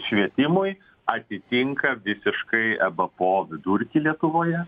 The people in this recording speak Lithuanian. švietimui atitinka visiškai ebpo vidurkį lietuvoje